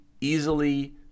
easily